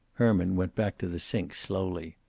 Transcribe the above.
herman went back to the sink, slowly.